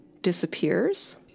disappears